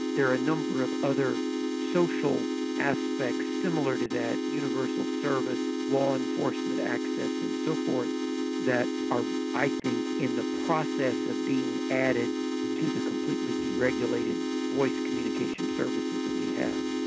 there are a number of other social aspects similar to that universal service, law enforcement access and so forth that are i think in the process of being added to the completely deregulated voice communication services that we have.